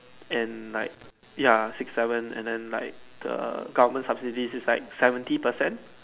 and like ya six seven and then like the government subsidies is like seventy percent